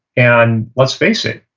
and let's face it.